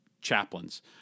chaplains